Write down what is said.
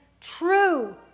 true